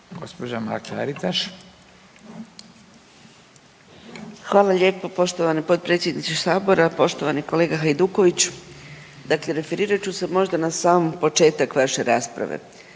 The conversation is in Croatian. Anka (GLAS)** Hvala lijepo poštovani potpredsjedniče sabora. Poštovani kolega Hajduković, dakle referirat ću se možda na sam početak vaše rasprave.